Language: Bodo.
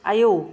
आयौ